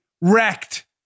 wrecked